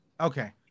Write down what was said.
Okay